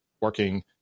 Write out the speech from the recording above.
working